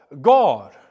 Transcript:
God